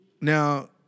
Now